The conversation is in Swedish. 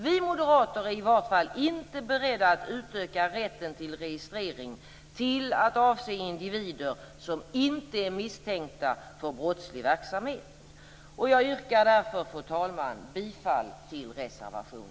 Vi moderater är i varje fall inte beredda att utöka rätten till registrering till att avse individer som inte är misstänkta för brottslig verksamhet. Fru talman! Jag yrkar därför bifall till reservation